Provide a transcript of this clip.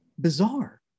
bizarre